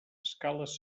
escales